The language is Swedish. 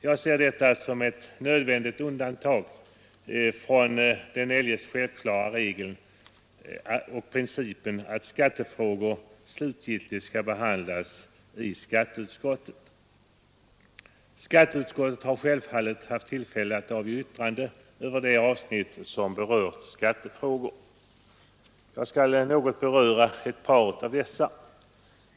Jag ser detta som ett nödvändigt undantag från den eljest självklara regeln att skattefrågor skall behandlas i skatteutskottet. Skatteutskottet har självfallet haft tillfälle att avge yttrande över de avsnitt som gällt skattefrågor. Jag skall något beröra ett par av dessa.